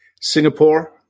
Singapore